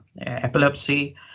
epilepsy